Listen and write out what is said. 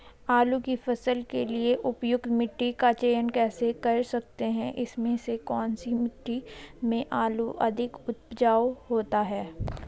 आलू की फसल के लिए उपयुक्त मिट्टी का चयन कैसे कर सकते हैं इसमें से कौन सी मिट्टी में आलू अधिक उपजाऊ होता है?